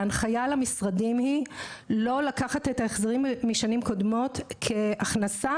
וההנחיה למשרדים היא לא לקחת את ההחזרים משנים קודמות כהכנסה,